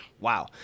wow